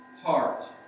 heart